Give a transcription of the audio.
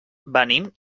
venim